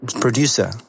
producer